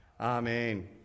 Amen